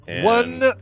One